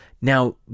Now